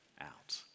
out